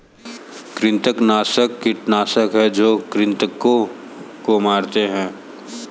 कृंतकनाशक कीटनाशक हैं जो कृन्तकों को मारते हैं